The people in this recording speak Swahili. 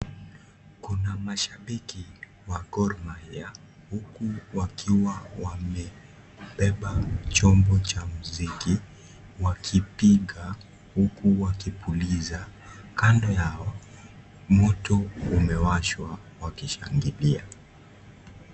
Kuna mashabiki wa Gor Mahia, huku wakiwa wamebeba chombo cha mziki, wakipiga huku wakipuliza. Kando yao, moto umewashwa wakishangilia.